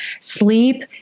sleep